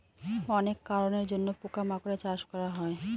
অনেক কারনের জন্য পোকা মাকড়ের চাষ করা হয়